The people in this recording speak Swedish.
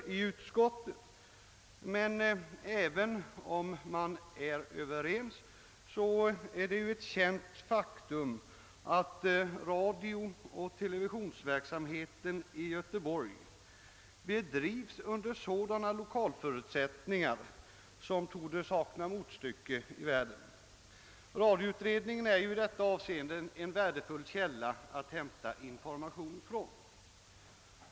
Men även om utskottets ledamöter är överens är det ett känt faktum att radiooch televisionsverksamheten i Göteborg bedrivs under sådana lokalförutsättningar som torde sakna motstycke i världen. Radioutredningen är i detta avseende en värdefull informationskälla.